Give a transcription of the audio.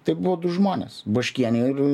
tai buvo du žmonės baškienė ir